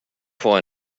for